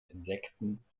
insekten